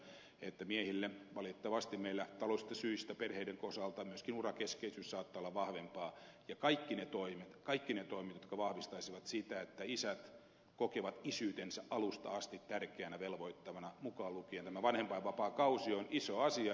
taiveaho minusta erinomaisesti luonnehti sitä että miehille valitettavasti perheiden taloudellisista syistä johtuen myöskin urakeskeisyys saattaa olla vahvempaa ja siksi kaikki ne toimet kaikki ne toimet jotka vahvistaisivat sitä että isät kokevat isyytensä alusta asti tärkeänä velvoittavana mukaan lukien tämä vanhempainvapaakausi on iso asia